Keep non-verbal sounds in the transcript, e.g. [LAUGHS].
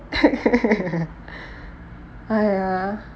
[LAUGHS] !aiya!